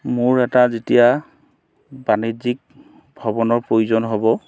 মোৰ এটা যেতিয়া বাণিজ্যিক ভৱনৰ প্ৰয়োজন হ'ব